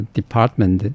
department